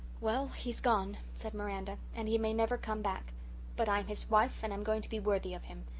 well, he's gone, said miranda, and he may never come back but i'm his wife, and i'm going to be worthy of him.